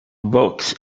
books